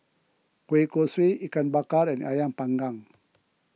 Kueh Kosui Ikan Bakar and Ayam Panggang